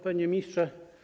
Panie Ministrze!